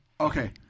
Okay